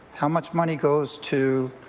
how much money goes to